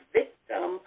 victim